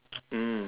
mm